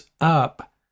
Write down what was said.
Up